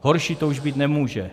Horší to už být nemůže.